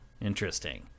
interesting